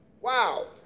Wow